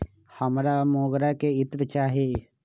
हमरा मोगरा के इत्र चाही